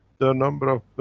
there are a number of.